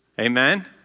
amen